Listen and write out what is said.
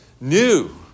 new